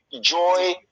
joy